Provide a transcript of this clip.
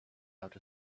out